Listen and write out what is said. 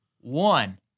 one